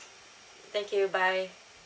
thank you bye